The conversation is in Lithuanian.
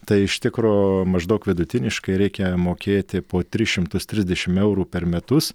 tai iš tikro maždaug vidutiniškai reikia mokėti po tris šimtus trisdešim eurų per metus